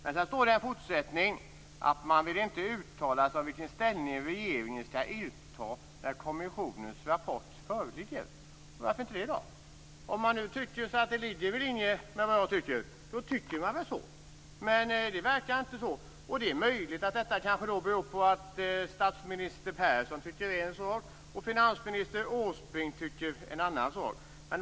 Men i fortsättningen står det att man inte vill uttala sig om vilken ställning regeringen skall inta när kommissionens rapport föreligger. Varför inte det? Om det man tycker ligger i linje med vad jag tycker, så tycker man väl så. Men det verkar inte så. Det är möjligt att detta kanske beror på att statsminister Persson tycker en sak och finansminister Åsbrink tycker en annan sak.